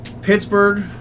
Pittsburgh